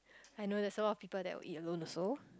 I know there's a lot of people that will eat alone also